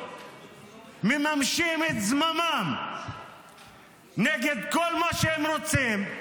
ומממשים את זממם נגד כל מה שהם רוצים,